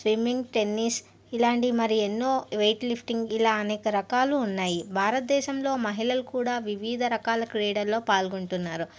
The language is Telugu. స్విమ్మింగ్ టెన్నీస్ ఇలాంటివి మరి ఎన్నో వెయిట్లిఫ్టింగ్ ఇలా అనేక రకాలు ఉన్నాయి భారతదేశంలో మహిళలు కూడా వివిధ రకాల క్రీడల్లో పాల్గొంటున్నారు